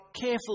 careful